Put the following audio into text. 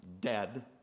dead